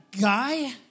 guy